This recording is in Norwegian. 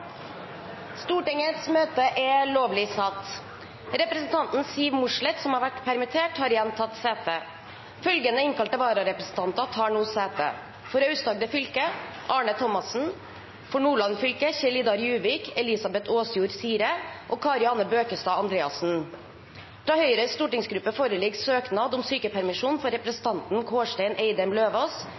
Representanten Siv Mossleth , som har vært permittert, har igjen tatt sete. Følgende innkalte vararepresentanter tar nå sete: For Aust-Agder fylke: Arne Thomassen For Nordland fylke: Kjell-Idar Juvik , Elizabeth Åsjord Sire og Kari Anne Bøkestad Andreassen Fra Høyres stortingsgruppe foreligger søknad om sykepermisjon for representanten Kårstein Eidem Løvaas.